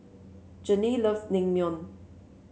Janay loves Naengmyeon